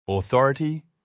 Authority